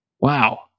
Wow